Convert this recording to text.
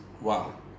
Wow